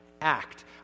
act